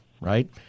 right